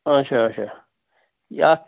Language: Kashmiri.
اچھا اچھا یہِ اَتھ